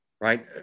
Right